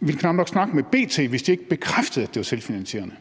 ville knap nok snakke med B.T., hvis de ikke bekræftede, at det var selvfinansierende.